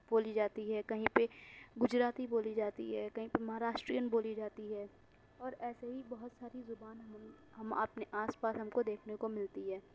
بولی جاتی ہے کہیں پہ گجراتی بولی جاتی ہے کہیں پہ مہاراشٹرین بولی جاتی ہے اور ایسے ہی بہت ساری زبان ہم ہم اپنے آس پاس ہم کو دیکھنے کو ملتی ہے